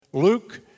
Luke